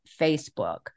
Facebook